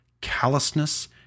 callousness